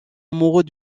amoureux